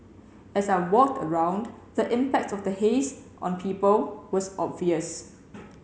as I walked around the impact of the haze on people was obvious